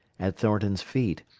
at thornton's feet,